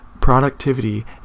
productivity